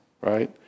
right